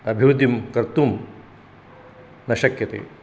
अभिवृद्धिं कर्तुं न शक्यते